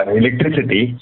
electricity